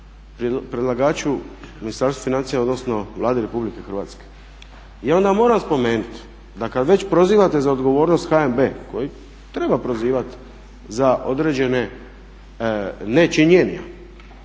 predlagaču Ministarstvu financija, odnosno Vladi RH. I onda moram spomenuti da kad već prozivate za odgovornost HNB koji treba prozivati za određena nečinjenja